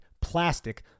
plastic